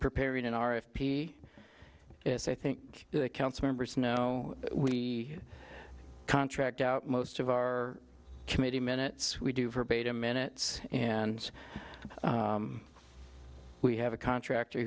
preparing an r f p it's i think the council members know we contract out most of our committee minutes we do verbatim minutes and we have a contractor